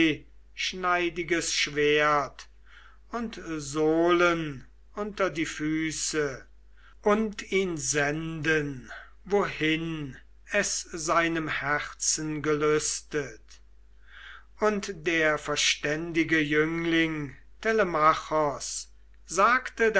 zweischneidiges schwert und sohlen unter die füße und ihn senden wohin es seinem herzen gelüstet und der verständige jüngling telemachos sagte